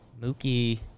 Mookie